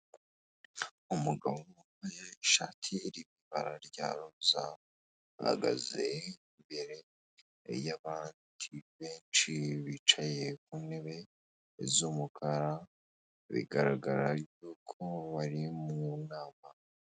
Umugabo wambaye ishati y'ibara rya roza, ahagaze imbere y'abantu benshi bicaye mu ntebe z'umukara, bigaragara yuko bari mu nama.